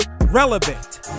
relevant